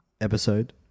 episode